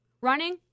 Running